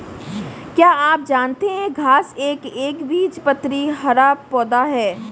क्या आप जानते है घांस एक एकबीजपत्री हरा पौधा है?